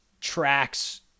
tracks